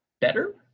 better